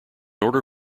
order